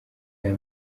aya